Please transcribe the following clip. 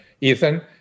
ethan